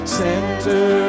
center